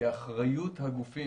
כאחריות הגופים,